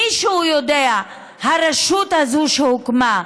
מישהו יודע איך הרשות הזאת שהוקמה,